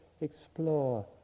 explore